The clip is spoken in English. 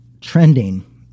trending